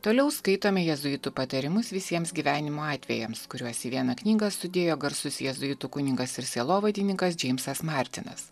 toliau skaitome jėzuitų patarimus visiems gyvenimo atvejams kuriuos į vieną knygą sudėjo garsus jėzuitų kunigas ir sielovadininkas džeimsas martinas